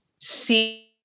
see